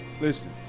listen